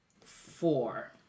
Four